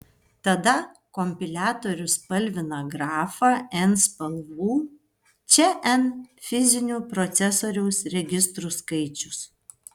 tada kompiliatorius spalvina grafą n spalvų čia n fizinių procesoriaus registrų skaičius